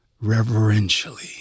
reverentially